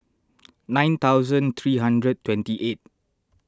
nine hundred three hundred twenty eight